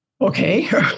okay